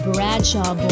Bradshaw